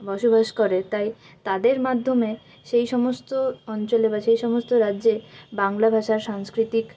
বসবাস করে তাই তাদের মাধ্যমে সেই সমস্ত অঞ্চলে বা সেই সমস্ত রাজ্যে বাংলা ভাষার সাংস্কৃতিক